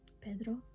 pedro